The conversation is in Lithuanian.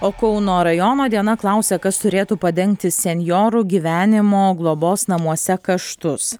o kauno rajono diena klausia kas turėtų padengti senjorų gyvenimo globos namuose kaštus